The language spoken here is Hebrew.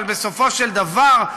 אבל בסופו של דבר,